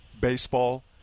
baseball